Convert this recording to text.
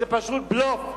זה פשוט בלוף.